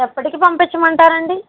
ఎప్పటికి పంపించమంటారు అండి